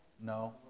No